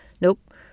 Nope